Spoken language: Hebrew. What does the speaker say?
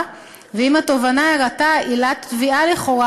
ואם התובענה הראתה עילת תביעה לכאורה,